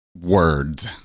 words